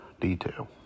detail